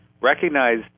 recognize